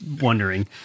wondering